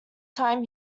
time